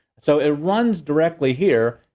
so it runs directly here.